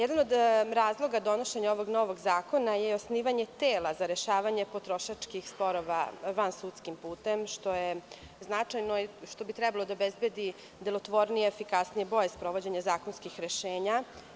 Jedan od razloga donošenja ovog novog zakona je i osnivanje tela za rešavanje potrošačkih sporova vansudskim putem, što je značajno i trebalo bi da obezbedi delotvornije i bolje sprovođenje zakonskih rešenja.